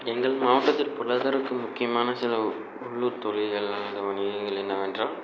எங்கள் மாவட்டத்தின் பொருளாதாரத்துக்கு முக்கியமான சில உள்ளூர் தொழில்கள் அந்த வணிகங்கள் என்னவென்றால்